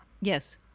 Yes